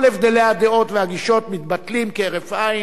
כל הבדלי הדעות והגישות מתבטלים כהרף עין,